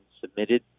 submitted